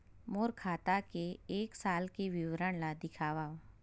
मोर खाता के एक साल के विवरण ल दिखाव?